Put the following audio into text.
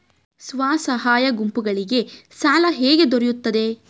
ಸ್ವಸಹಾಯ ಗುಂಪುಗಳಿಗೆ ಸಾಲ ಹೇಗೆ ದೊರೆಯುತ್ತದೆ?